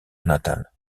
natal